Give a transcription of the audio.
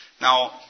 Now